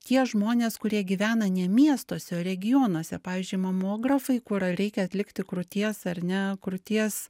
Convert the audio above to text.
tie žmonės kurie gyvena ne miestuose o regionuose pavyzdžiui mamografai kur ar reikia atlikti krūties ar ne krūties